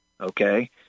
Okay